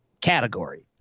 category